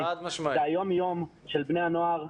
זה היום יום של בני הנוער.